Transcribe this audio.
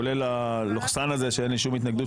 כולל הלוכסן הזה שאין לי שום התנגדות,